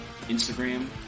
Instagram